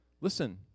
Listen